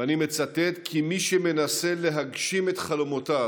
ואני מצטט: "מי שמנסה להגשים את חלומותיו,